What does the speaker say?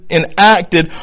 enacted